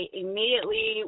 immediately